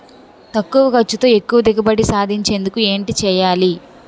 తక్కువ ఖర్చుతో ఎక్కువ దిగుబడి సాధించేందుకు ఏంటి చేయాలి?